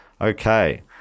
Okay